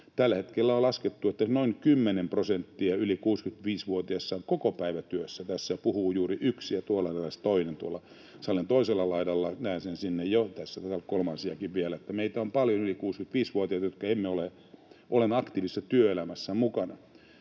Tällä hetkellä on laskettu, että noin kymmenen prosenttia yli 65-vuotiaista on kokopäivätyössä. Tässä puhuu juuri yksi, ja tuolla salin toisella laidalla on eräs toinen, ja tässä voi olla kolmansiakin vielä. Eli on paljon meitä yli 65-vuotiaita, jotka olemme aktiivisesti työelämässä mukana.